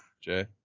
Jay